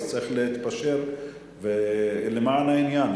אז צריך להתפשר למען העניין,